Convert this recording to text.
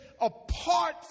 apart